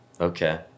Okay